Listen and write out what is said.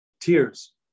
tears